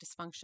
dysfunction